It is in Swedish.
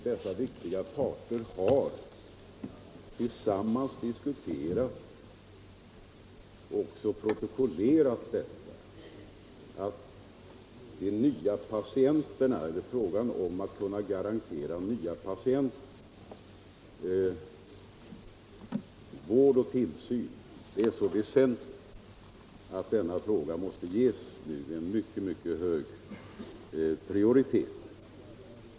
Dessa viktiga parter har alltså överenskommit och också protokollerat att frågan om att kunna garantera nya patienter vård och tillsyn är så väsentlig att den måste ges en mycket hög prioritet.